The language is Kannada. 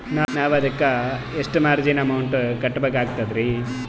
ನಾವು ಅದಕ್ಕ ಎಷ್ಟ ಮಾರ್ಜಿನ ಅಮೌಂಟ್ ಕಟ್ಟಬಕಾಗ್ತದ್ರಿ?